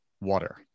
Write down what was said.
water